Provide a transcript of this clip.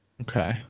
Okay